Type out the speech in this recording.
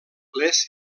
les